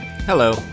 Hello